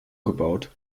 gebaut